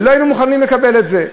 ולא היינו מוכנים לקבל את זה.